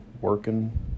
working